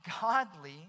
godly